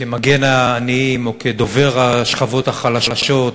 כמגן העניים או כדובר השכבות החלשות,